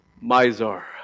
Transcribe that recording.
Mizar